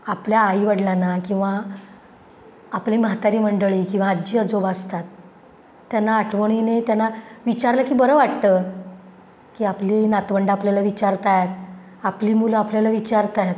आपल्या आईवडिलांना किंवा आपली म्हातारी मंडळी किंवा आजी आजोबा असतात त्यांना आठवणीने त्यांना विचारलं की बरं वाटतं की आपली नातवंडं आपल्याला विचारत आहेत आपली मुलं आपल्याला विचारत आहेत